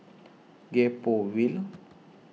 Gek Poh Ville